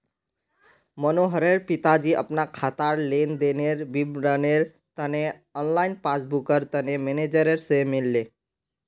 मनोहरेर पिताजी अपना खातार लेन देनेर विवरनेर तने ऑनलाइन पस्स्बूकर तने मेनेजर से मिलले